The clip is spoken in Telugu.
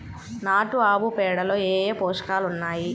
నాటు ఆవుపేడలో ఏ ఏ పోషకాలు ఉన్నాయి?